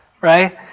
Right